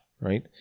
Right